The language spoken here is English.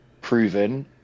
proven